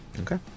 okay